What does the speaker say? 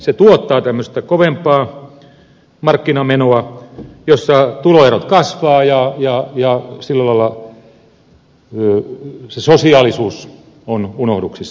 se tuottaa tämmöistä kovempaa markkinamenoa jossa tuloerot kasvavat ja sillä lailla se sosiaalisuus on unohduksissa